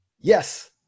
yes